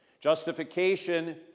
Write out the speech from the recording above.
Justification